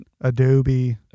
adobe